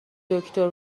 دکتر